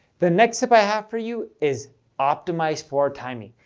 the next tip i have for you is optimize for timing.